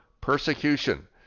persecution